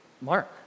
Mark